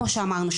כמו שאמרנו,